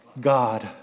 God